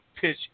pitch